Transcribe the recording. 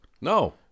No